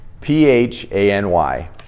P-H-A-N-Y